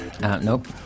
Nope